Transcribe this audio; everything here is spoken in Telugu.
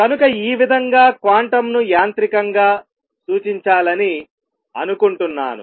కనుక ఈ విధంగా క్వాంటంను యాంత్రికంగా సూచించాలని అనుకుంటున్నాను